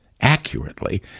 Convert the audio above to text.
accurately